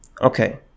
Okay